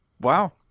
wow